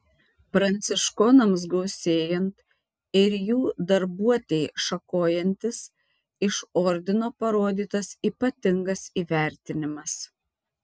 pranciškonams gausėjant ir jų darbuotei šakojantis iš ordino parodytas ypatingas įvertinimas